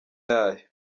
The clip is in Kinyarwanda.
yayo